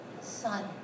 Son